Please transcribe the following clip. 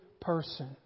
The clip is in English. person